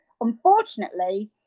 unfortunately